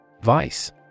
Vice